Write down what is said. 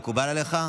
מקובל עליך,